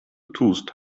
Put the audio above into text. tust